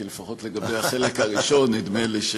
כי לפחות לגבי החלק הראשון נדמה לי,